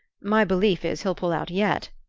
my belief is he'll pull out yet,